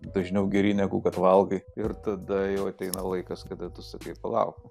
dažniau geri negu kad valgai ir tada jau ateina laikas kada tu sakai palauk